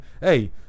hey